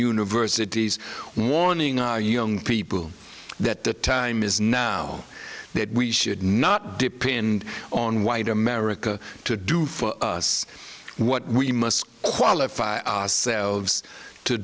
universities warning our young people that the time is now that we should not depend on white america to do for us what we must qualify selves to